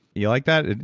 you like that?